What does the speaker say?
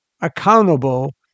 accountable